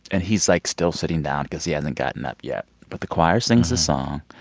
and he's, like, still sitting down because he hasn't gotten up yet. but the choir sings the song.